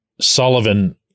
Sullivan